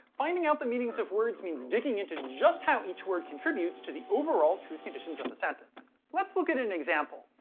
finding out the meanings of words means digging into just how each word contributes to the overall truth conditions of a sentence. let's look at an example!